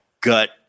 gut